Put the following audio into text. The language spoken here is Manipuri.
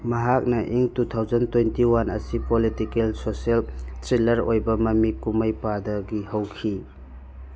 ꯃꯍꯥꯛꯅ in two thousand twenty one ꯑꯁꯤ ꯄꯣꯂꯤꯇꯤꯀꯦꯜ ꯁꯣꯁꯦꯜ ꯊ꯭ꯔꯤꯜꯂꯔ ꯑꯣꯏꯕ ꯃꯃꯤ ꯀꯨꯝꯍꯩ ꯄꯥꯗꯒꯤ ꯍꯧꯈꯤ